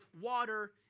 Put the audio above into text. water